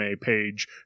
page